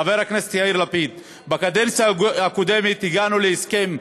חבר הכנסת יאיר לפיד, בקדנציה הקודמת הגענו להסכם,